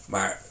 Maar